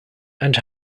and